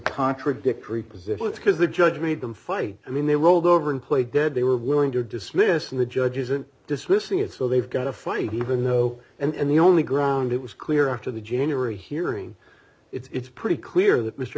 contradictory position it's because the judge made them fight i mean they rolled over and play dead they were willing to dismiss and the judge isn't dismissing it so they've got a fight even though and the only ground it was clear after the january hearing it's pretty clear that mr